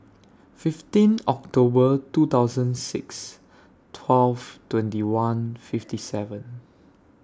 fifteen October two thousand six twelve twenty one fifty seven